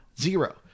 Zero